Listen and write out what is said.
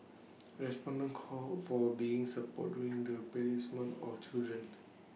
respondents called for being support during the placement of children